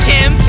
Kim